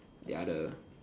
they are the